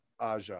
Aja